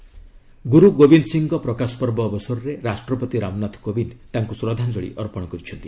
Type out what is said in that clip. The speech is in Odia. ପ୍ରକାଶ ପର୍ବ ଗୁରୁ ଗୋବିନ୍ଦ ସିଂହଙ୍କ ପ୍ରକାଶ ପର୍ବ ଅବସରରେ ରାଷ୍ଟ୍ରପତି ରାମନାଥ କୋବିନ୍ଦ ତାଙ୍କୁ ଶ୍ରଦ୍ଧାଞ୍ଜଳି ଅର୍ପଣ କରିଛନ୍ତି